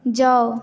जाउ